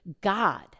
God